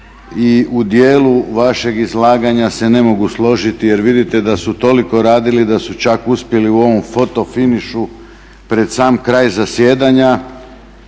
i u djelu vašeg izlaganja se ne mogu složiti jer vidite da su toliko radili da su čak uspjeli u ovom photo finishu pred sam kraj zasjedanja